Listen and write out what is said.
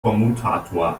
kommutator